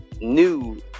new